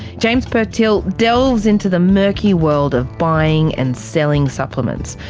james purtill delves into the murky world of buying and selling supplements,